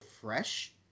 fresh